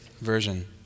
version